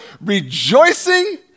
rejoicing